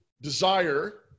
desire